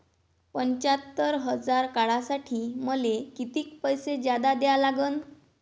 पंच्यात्तर हजार काढासाठी मले कितीक पैसे जादा द्या लागन?